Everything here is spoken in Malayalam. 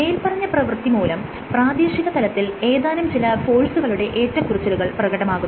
മേല്പറഞ്ഞ പ്രവൃത്തി മൂലം പ്രാദേശികതലത്തിൽ ഏതാനും ചില ഫോഴ്സുകളുടെ ഏറ്റകുറിച്ചിലുകൾ പ്രകടമാകുന്നു